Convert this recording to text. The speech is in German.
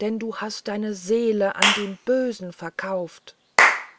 denn du hast deine seele an den bösen verkauft